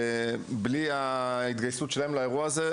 שבלי ההתגייסות שלהם לאירוע הזה,